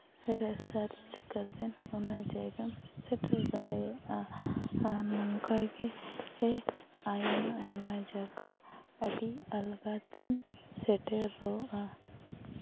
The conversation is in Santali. ᱨᱮ ᱥᱟᱨᱪ ᱠᱟᱛᱮᱱ ᱚᱱᱟ ᱡᱟᱭᱜᱟᱢ ᱥᱮᱴᱮᱨ ᱫᱟᱲᱮᱭᱟᱜᱼᱟ ᱟᱨ ᱱᱚᱝᱠᱟ ᱜᱮ ᱟᱭᱢᱟ ᱡᱟᱭᱜᱟ ᱟᱹᱰᱤ ᱟᱞᱜᱟᱛᱮᱢ ᱥᱮᱴᱮᱨᱚᱜᱼᱟ